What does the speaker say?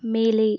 மேலே